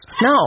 No